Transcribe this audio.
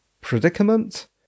predicament